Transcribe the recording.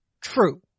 true